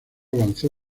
avanzó